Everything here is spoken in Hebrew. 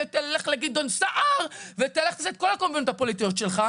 ותלך לגדעון סער ותעשה את כל הקומבינות הפוליטיות שלך,